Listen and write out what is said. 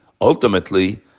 ultimately